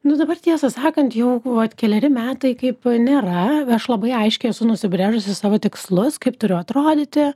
nu dabar tiesą sakant jau buvo keleri metai kaip nėra aš labai aiškiai esu nusibrėžusi savo tikslus kaip turiu atrodyti